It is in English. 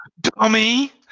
Dummy